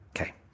okay